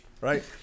right